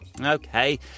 Okay